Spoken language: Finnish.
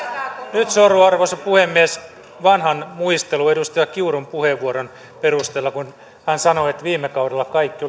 nyt sorrun arvoisa puhemies vanhan muisteluun edustaja kiurun puheenvuoron perusteella kun hän sanoi että viime kaudella kaikki